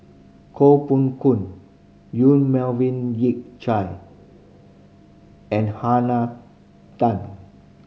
Koh Pong Yong Melvin Yik Chye and Tan